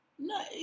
No